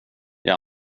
jag